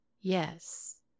yes